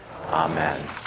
Amen